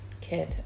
kid